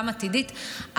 גם עתידית,